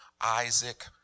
Isaac